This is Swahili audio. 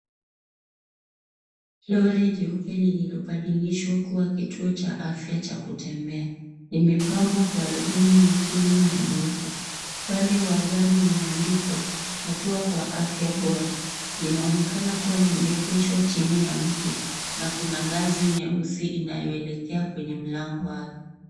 Lori jeupe lililobadilishwa kuwa kituo cha afya cha kutembea. Imepambwa kwa ribbon nyekundu na nyeupe. Upande wa gari umeandikwa, hatua kwa afya bora. Linaonekana kuwa limeegeshwa chini ya mti na kuna ngazi nyeusi inayoelekea kwenye mlango wake.